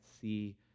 see